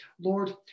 Lord